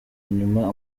nyuma